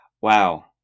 wow